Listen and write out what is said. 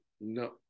no